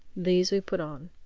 these we put on.